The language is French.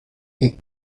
est